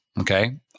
Okay